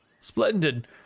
Splendid